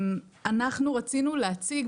אנחנו רצינו להציג,